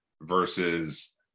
versus